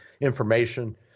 information